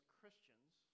Christians